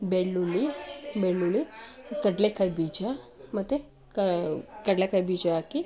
ಬೆಳ್ಳುಳ್ಳಿ ಬೆಳ್ಳುಳ್ಳಿ ಕಡ್ಲೆಕಾಯಿ ಬೀಜ ಮತ್ತು ಕಡ್ಲೆಕಾಯಿ ಬೀಜ ಹಾಕಿ